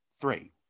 Three